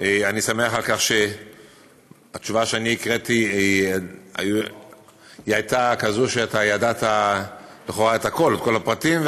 אני שמח שהתשובה שאני הקראתי הייתה כזאת שאתה ידעת לכאורה את כל הפרטים,